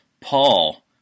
Paul